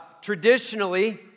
traditionally